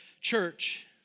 church